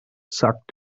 sagt